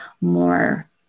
more